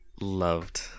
loved